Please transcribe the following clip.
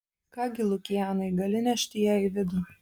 ką gi lukianai gali nešti ją į vidų